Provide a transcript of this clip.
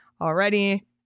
already